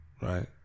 right